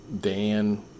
Dan